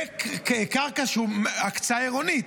וקרקע שהיא הקצאה עירונית,